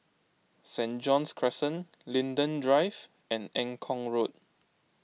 Saint John's Crescent Linden Drive and Eng Kong Road